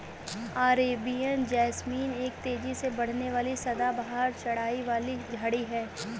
Arabian jasmine एक तेजी से बढ़ने वाली सदाबहार चढ़ाई वाली झाड़ी है